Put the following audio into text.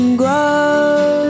grow